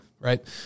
Right